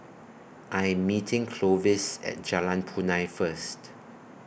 I Am meeting Clovis At Jalan Punai First